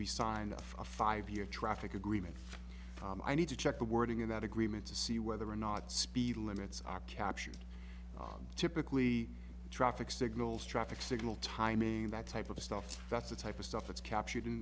we signed a five year traffic agreement i need to check the wording of that agreement to see whether or not speed limits are captured typically traffic signals traffic signal timing that type of stuff that's the type of stuff that's captured in